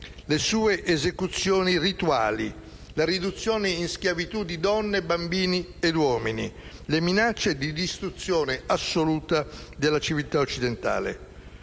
le sue esecuzioni rituali, la riduzione in schiavitù di donne, bambini e uomini, le minacce di distruzione assoluta della civiltà occidentale.